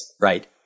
Right